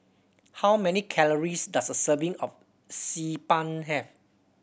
how many calories does a serving of Xi Ban have